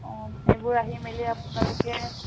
অঁ এইবোৰ আহি মেলি আপোনালোকে